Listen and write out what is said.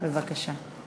בבקשה.